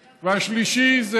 ו-3.